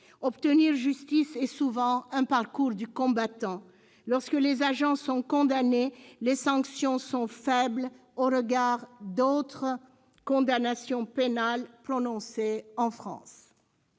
Obtenir justice est souvent un parcours du combattant. Lorsque les agents sont condamnés, les sanctions sont faibles au regard d'autres condamnations pénales prononcées en France.